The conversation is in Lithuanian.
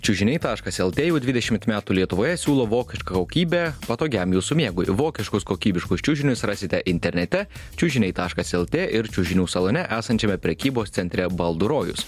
čiužiniai taškas lt jau dvidešimt metų lietuvoje siūlo vokišką kokybę patogiam jūsų miegui vokiškus kokybiškus čiužinius rasite internete čiužiniai taškas lt ir čiužinių salone esančiame prekybos centre baldų rojus